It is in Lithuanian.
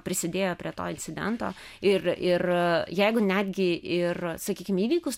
prisidėjo prie to incidento ir ir jeigu netgi ir sakykim įvykus